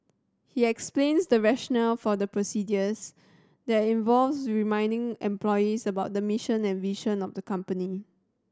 he explains the rationale for the procedures that involves reminding employees about the mission and vision of the company